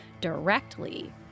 directly